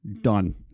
done